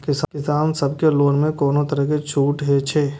किसान सब के लोन में कोनो तरह के छूट हे छे?